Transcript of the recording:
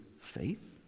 faith